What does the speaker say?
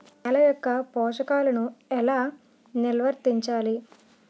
నెల యెక్క పోషకాలను ఎలా నిల్వర్తించాలి